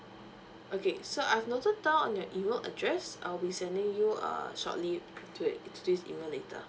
okay so I've noted down on your email address I'll be sending you uh shortly to it to this email later